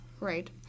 Right